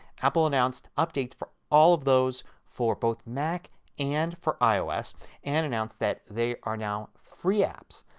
apple announced updates for all of those for both mac and for ios and announced that they are now free apps.